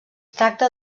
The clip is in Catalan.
tracta